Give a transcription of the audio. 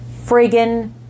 friggin